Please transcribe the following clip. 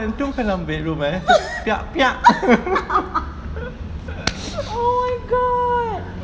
oh my god